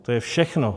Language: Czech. To je všechno.